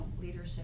leadership